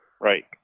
Right